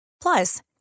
Plus